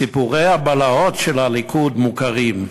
סיפורי הבלהות של הליכוד מוכרים.